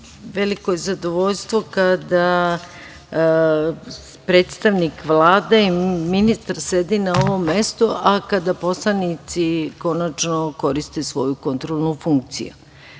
Veliko je zadovoljstvo kada predstavnik Vlade i ministar sedi na ovom mestu, a kada poslanici konačno koriste svoju kontrolnu funkciju,